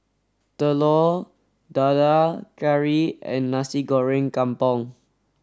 Telur Dadah Curry and Nasi Goreng Kampung